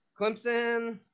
Clemson